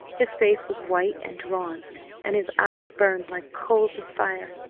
his face was white and drawn and his eyes burned like coals of fire.